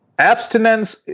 Abstinence